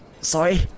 Sorry